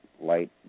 light